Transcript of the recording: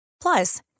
Plus